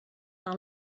par